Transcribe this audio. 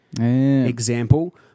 example